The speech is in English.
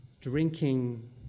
drinking